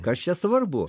kas čia svarbu